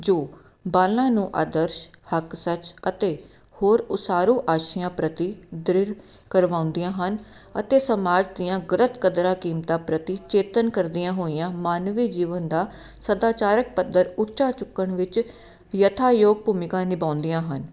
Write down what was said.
ਜੋ ਬਾਲਾਂ ਨੂੰ ਆਦਰਸ਼ ਹੱਕ ਸੱਚ ਅਤੇ ਹੋਰ ਉਸਾਰੂ ਆਸ਼ੀਆਂ ਪ੍ਰਤੀ ਦ੍ਰਿੜ ਕਰਵਾਉਂਦੀਆਂ ਹਨ ਅਤੇ ਸਮਾਜ ਦੀਆਂ ਗਲਤ ਕਦਰਾਂ ਕੀਮਤਾਂ ਪ੍ਰਤੀ ਚੇਤਨ ਕਰਦੀਆਂ ਹੋਈਆਂ ਮਾਨਵੇ ਜੀਵਨ ਦਾ ਸਦਾਚਾਰਕ ਪੱਧਰ ਉੱਚਾ ਚੁੱਕਣ ਵਿੱਚ ਯਥਾਯੋਗ ਭੂਮਿਕਾ ਨਿਭਾਉਂਦੀਆਂ ਹਨ